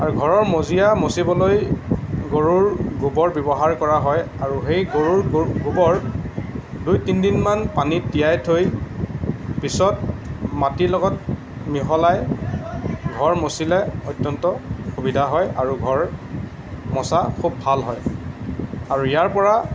আৰু ঘৰৰ মজিয়া মচিবলৈ গৰুৰ গোবৰ ব্যৱহাৰ কৰা হয় আৰু সেই গৰুৰ গো গোবৰ দুই তিনিদিনমান পানীত তিয়াই থৈ পিছত মাটিৰ লগত মিহলাই ঘৰ মোচিলে অত্যন্ত সুবিধা হয় আৰু ঘৰ মোচা খুব ভাল হয় আৰু ইয়াৰ পৰা